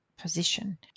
position